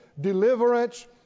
deliverance